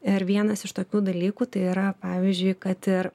ir vienas iš tokių dalykų tai yra pavyzdžiui kad ir